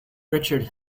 richard